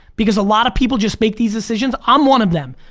because a lot of people just make these decisions, i'm one of them,